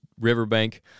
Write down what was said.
riverbank